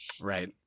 Right